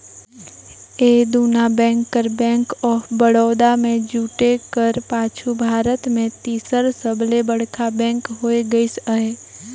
ए दुना बेंक कर bank of Baroda में जुटे कर पाछू भारत में तीसर सबले बड़खा बेंक होए गइस अहे